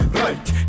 right